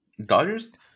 Dodgers